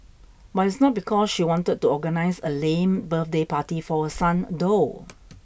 but it's not because she wanted to organise a lame birthday party for her son though